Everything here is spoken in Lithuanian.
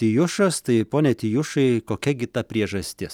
tijušas tai pone tijušai kokia gi ta priežastis